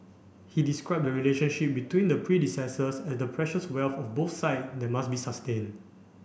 he described the relationship between their predecessors as the precious wealth of both side that must be sustained